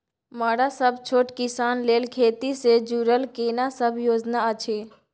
मरा सब छोट किसान लेल खेती से जुरल केना सब योजना अछि?